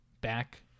back